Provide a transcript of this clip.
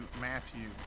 Matthew